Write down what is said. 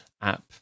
app